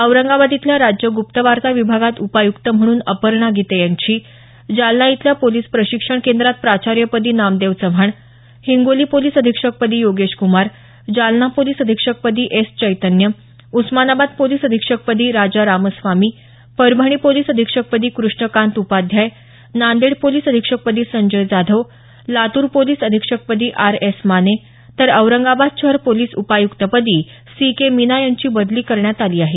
औरंगाबाद इथल्या राज्य ग्पवार्ता विभागात उपायुक्त म्हणून अपर्णा गिते यांची जालना इथल्या पोलिस प्रशिक्षण केंद्रात प्राचार्यपदी नामदेव चव्हाण हिंगोली पोलिस अधिक्षकपदी योगेश कुमार जालना पोलिस अधिक्षकपदी एस चैतन्य उस्मानाबाद पोलिस अधिक्षकपदी राजा रामस्वामी परभणी पोलिस अधिक्षकपदी कृष्णकांत उपाध्याय नांदेड पोलिस अधिक्षकपदी संजय जाधव लातूर पोलिस अधिक्षकपदी आर एस माने तर औरंगाबाद शहर पोलिस उपायक्तपदी सी के मीना यांची बदली करण्यात आली आहे